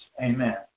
Amen